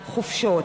בחופשות.